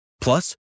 Plus